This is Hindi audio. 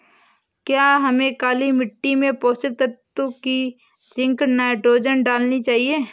क्या हमें काली मिट्टी में पोषक तत्व की जिंक नाइट्रोजन डालनी चाहिए?